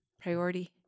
priority